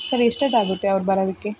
sir ಎಷ್ಟೊತ್ತಾಗತ್ತೆ ಅವ್ರು ಬರೋದಕ್ಕೆ